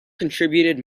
contributed